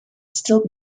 still